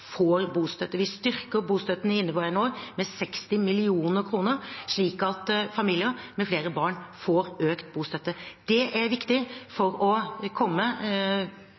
får bostøtte. Vi styrker bostøtten i inneværende år med 60 mill. kr, slik at familier med flere barn får økt bostøtte. Det er viktig for å komme